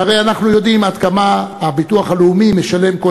שהרי אנחנו יודעים עד כמה הביטוח הלאומי משלם כל